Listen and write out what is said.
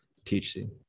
THC